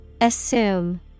Assume